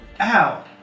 ow